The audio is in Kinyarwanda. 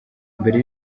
mbere